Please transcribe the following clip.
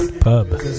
Pub